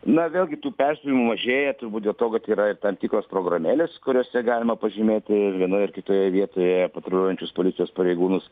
na vėlgi perspėjimų mažėja turbūt dėl to kad yra tam tikros programėlės kuriose galima pažymėti vienoj ar kitoje vietoje patruliuojančius policijos pareigūnus